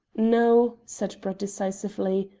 no, said brett decisively.